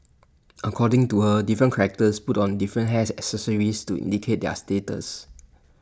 according to her different characters put on different hair accessories to indicate their status